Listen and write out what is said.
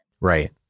Right